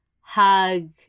hug